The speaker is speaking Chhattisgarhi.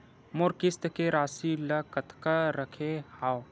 मोर किस्त के राशि ल कतका रखे हाव?